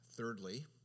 Thirdly